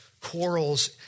quarrels